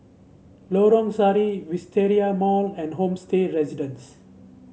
Lorong Sari Wisteria Mall and Homestay Residences